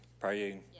praying